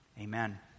Amen